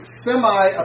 semi